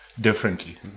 differently